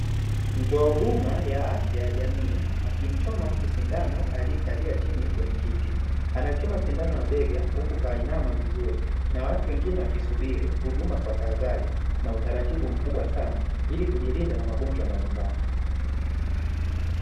Mtoa huduma ya afya ya jamii akimchoma mtu sindano aliyekaa chini kwenye kiti anachoma sindano ya bega huku kainama vizuri na watu wengine wakisubiri huduma kwa tahadhari na utaratibu mkubwa sana ili kujilinda na magonjwa mbalimbali.